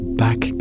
back